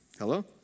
Hello